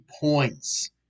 points